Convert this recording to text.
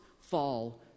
fall